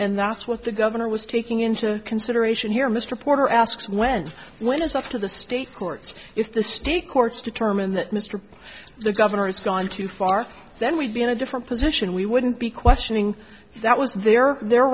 and that's what the governor was taking into consideration here mr porter asks when when it's up to the state courts if the state courts determine that mr the governor has gone too far then we'd be in a different position we wouldn't be questioning that was their their